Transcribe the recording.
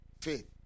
Faith